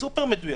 סופר מדויקים,